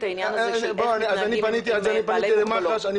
העניין הזה של איך מתנהגים לאנשים עם מוגבלות.